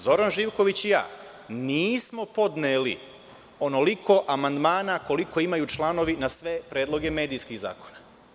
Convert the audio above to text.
Zoran Živković i ja nismo podneli onoliko amandmana koliko imaju članovi na sve predloge medijskih zakona.